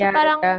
parang